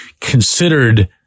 considered